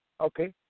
okay